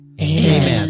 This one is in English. Amen